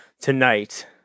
tonight